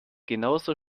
genauso